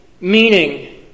meaning